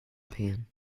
pain